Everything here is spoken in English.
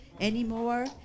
anymore